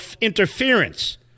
interference